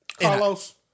Carlos